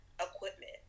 equipment